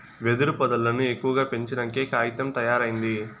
వెదురు పొదల్లను ఎక్కువగా పెంచినంకే కాగితం తయారైంది